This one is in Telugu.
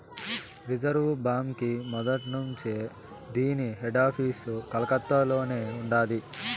రిజర్వు బాంకీ మొదట్నుంచీ దీన్ని హెడాపీసు కలకత్తలోనే ఉండాది